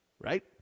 right